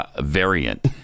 variant